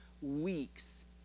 weeks